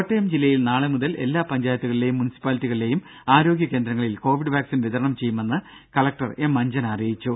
ദേദ കോട്ടയം ജില്ലയിൽ നാളെ മുതൽ എല്ലാ പഞ്ചായത്തുകളിലെയും മുനിസിപ്പാലിറ്റികളിലെയും ആരോഗ്യ കേന്ദ്രങ്ങളിൽ കോവിഡ് വാക്സിൻ വിതരണം ചെയ്യുമെന്ന് കളക്ടർ എം അജ്ഞന അറിയിച്ചു